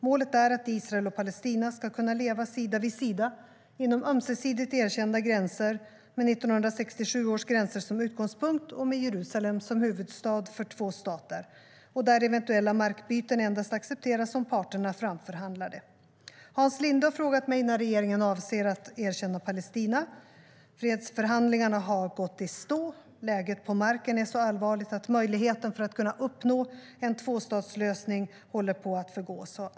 Målet är att Israel och Palestina ska kunna leva sida vid sida inom ömsesidigt erkända gränser, med 1967 års gränser som utgångspunkt och med Jerusalem som huvudstad för två stater och där eventuella markbyten accepteras endast om parterna framförhandlar dem. Hans Linde har frågat mig när regeringen avser att erkänna Palestina. Fredsförhandlingarna har gått i stå. Läget på marken är så allvarligt att möjligheten att uppnå en tvåstatslösning håller på att förgås.